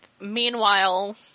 Meanwhile